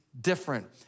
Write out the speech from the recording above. different